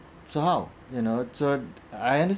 so how you know so I understand